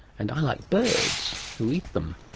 and i like birds, who eat them.